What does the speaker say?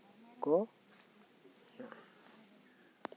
ᱠᱚ